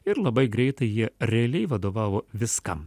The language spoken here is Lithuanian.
ir labai greitai jie realiai vadovavo viskam